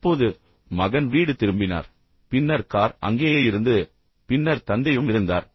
இப்போது மகன் வீடு திரும்பினார் பின்னர் கார் அங்கேயே இருந்தது பின்னர் தந்தையும் இருந்தார்